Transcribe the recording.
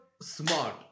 smart